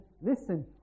listen